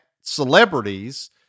celebrities